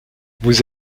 vous